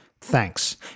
Thanks